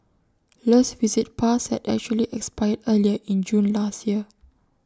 le's visit pass had actually expired earlier in June last year